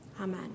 Amen